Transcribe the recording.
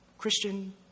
Christian